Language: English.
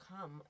come